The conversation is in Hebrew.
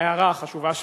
נעבור להצעות לסדר-היום.